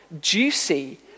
juicy